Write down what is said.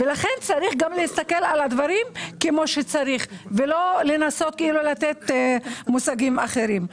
לכן צריך גם להסתכל על הדברים כמו שצריך ולא לנסות לתת מושגים אחרים.